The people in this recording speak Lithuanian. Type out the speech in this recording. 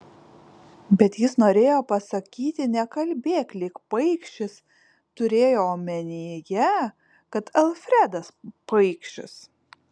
bet jis norėjo pasakyti nekalbėk lyg paikšis turėjo omenyje kad alfredas paikšis